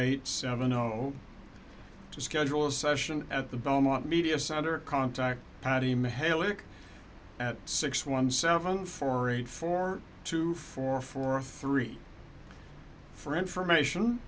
eight seven zero to schedule a session at the belmont media center contact patty mahela at six one seven four eight four two four four three for information